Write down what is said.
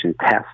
test